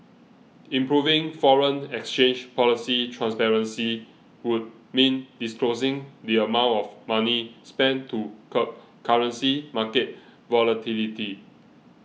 improving foreign exchange policy transparency would mean disclosing the amount of money spent to curb currency market volatility